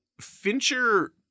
Fincher